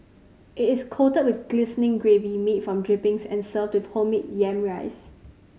it is coated with glistening gravy made from drippings and served with homemade yam rice